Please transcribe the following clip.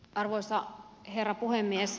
arvoisa herra puhemies